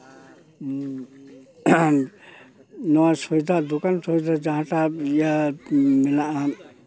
ᱱᱚᱣᱟ ᱥᱚᱭᱫᱟ ᱫᱚᱠᱟᱱ ᱥᱟᱭᱫᱟ ᱡᱟᱦᱟᱸᱴᱟᱜ ᱤᱭᱟᱹ ᱢᱮᱱᱟᱜᱼᱟ